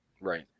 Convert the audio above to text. Right